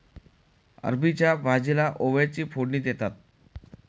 अरबीच्या भाजीला ओव्याची फोडणी देतात